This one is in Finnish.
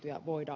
ja voida